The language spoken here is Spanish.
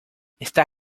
está